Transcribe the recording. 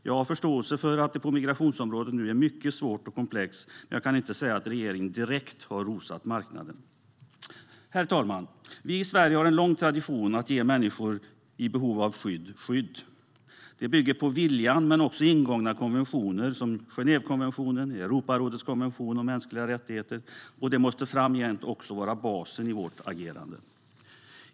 Jag har förståelse för att det på migrationsområdet är mycket svårt och komplext nu, men jag kan inte säga att regeringen direkt har rosat marknaden. Herr talman! Vi i Sverige har en lång tradition av att ge skydd till människor som är i behov av skydd. Det bygger på viljan, men också på ingångna konventioner, som Genèvekonventionen och Europarådets konvention om mänskliga rättigheter. Detta måste framgent vara basen i vårt agerande.